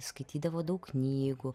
skaitydavo daug knygų